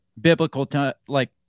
biblical—like